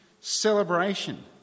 celebration